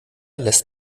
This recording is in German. lässt